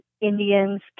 Indians